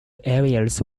areas